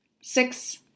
Six